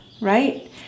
right